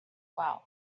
well